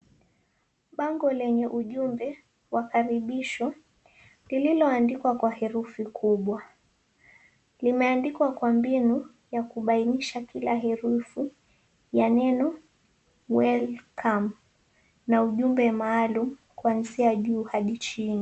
Bango lenye ujumbe wakaribishwa lililoandikwa kwa herufi kubwa. Limeandikwa kwa mbinu ya kubainisha kila herufi ya neno WELCOME na ujumbe maalum kuanzia juu hadi chini.